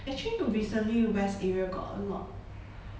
actually to recently west area got a lot